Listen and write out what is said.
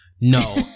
No